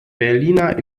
berliner